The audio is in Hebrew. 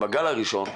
בגל הראשון,